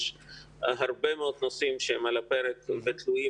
יש הרבה מאוד נושאים שהם על הפרק ותלויים